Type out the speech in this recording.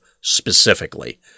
specifically